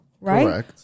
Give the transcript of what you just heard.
right